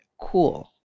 cool